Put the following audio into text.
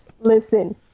Listen